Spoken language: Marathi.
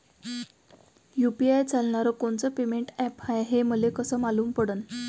यू.पी.आय चालणारं कोनचं पेमेंट ॲप हाय, हे मले कस मालूम पडन?